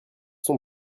sont